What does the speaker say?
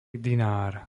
dinár